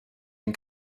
den